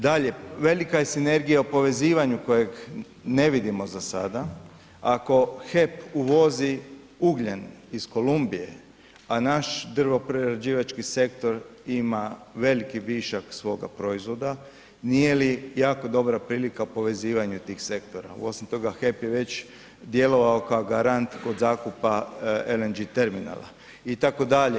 Dalje, velika je sinergija u povezivanju kojeg ne vidimo za sada, ako HEP uvozi ugljen iz Kolumbije, a naš drvoprerađivački sektor ima veliki višak svoga proizvoda nije li jako dobra prilika povezivanje tih sektora, osim toga HEP je već djelovao kao garant kod zakupa LNG terminala itd.